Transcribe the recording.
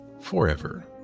forever